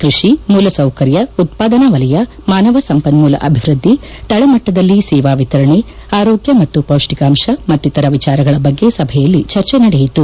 ಕೃಷಿ ಮೂಲಸೌಕರ್ಯ ಉತ್ಪಾದನಾ ವಲಯ ಮಾನವ ಸಂಪನ್ಮೂಲ ಅಭಿವೃದ್ಧಿ ತಳಮಟ್ಟದಲ್ಲಿ ಸೇವಾ ವಿತರಣೆ ಆರೋಗ್ಯ ಮತ್ತು ಪೌಷ್ಟಿಕಾಂಶ ಮತ್ತಿತರ ವಿಜಾರಗಳ ಬಗ್ಗೆ ಸಭೆಯಲ್ಲಿ ಚರ್ಚೆ ನಡೆಯಿತು